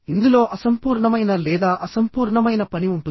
ఇందులో అసంపూర్ణమైన లేదా అసంపూర్ణమైన పని ఉంటుంది